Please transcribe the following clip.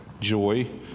joy